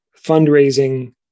fundraising